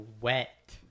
wet